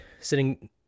sitting